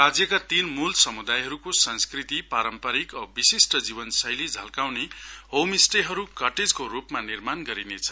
राज्यका तीन मूल समुदायहरूको संस्कृति पारम्परिक विशिष्ट जीवन शैली झल्काउँने होम स्टे हरू कटेजको रूपमा निर्माण गरिनेछ